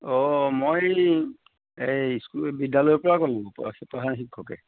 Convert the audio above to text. অ' মই এই এই স্কু বিদ্যালয়ৰ পৰা ক'লোঁ প্ৰধান শিক্ষকে